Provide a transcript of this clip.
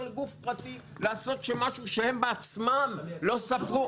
לגוף פרטי לעשות משהו שהם בעצמם לא ספרו?